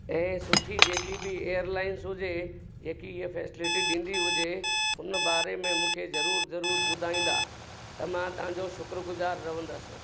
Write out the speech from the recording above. ऐं सुठी जेकी बि एयर लाइंस हुजे जेकी हीअ फ़ेसिलिटी ॾींदी हुजे हुन बारे में मूंखे जरूर जरूर ॿुधाईंदा त मां तव्हांजो शुक्रगुजार रहंदसि